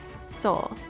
soul